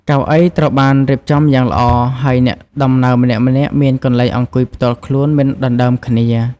កៅអីត្រូវបានរៀបចំយ៉ាងល្អហើយអ្នកដំណើរម្នាក់ៗមានកន្លែងអង្គុយផ្ទាល់ខ្លួនមិនដណ្តើមគ្នា។